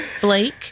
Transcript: Blake